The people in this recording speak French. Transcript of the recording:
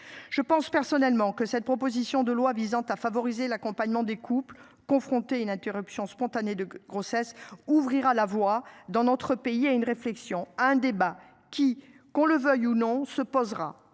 Je pense personnellement que cette proposition de loi visant à favoriser l'accompagnement des couples confrontés à une interruption spontanée de grossesse ouvrira la voie dans notre pays a une réflexion à un débat qui, qu'on le veuille ou non, se posera,